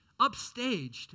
upstaged